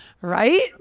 Right